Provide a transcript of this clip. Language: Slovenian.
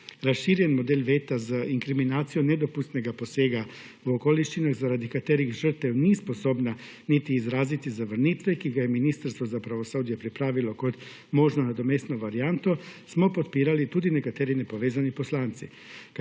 Razširjen model veta z inkriminacijo nedopustnega posega v okoliščine zaradi katerih žrtev ni sposobna niti izraziti zavrnitve, ki ga je Ministrstvo za pravosodje pripravilo kot možno nadomestno varianto smo podpirali tudi nekateri nepovezani poslanci.